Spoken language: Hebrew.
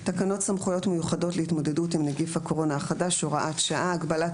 תקנות סמכויות מיוחדות להתמודדות עם נגיף הקורונה החדש (הוראת שעה)(הגבלת